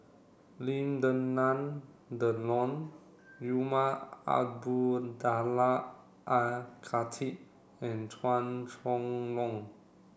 Lim Denan Denon Umar Abdullah Al Khatib and Chua Chong Long